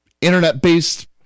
internet-based